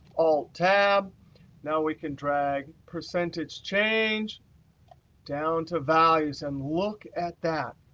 alt-tab. now we can drag percentage change down to values. and look at that.